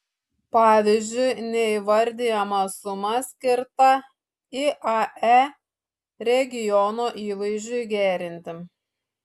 pavyzdžiui neįvardijama suma skirta iae regiono įvaizdžiui gerinti